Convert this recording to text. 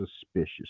suspicious